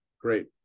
great